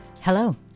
Hello